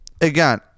again